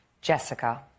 Jessica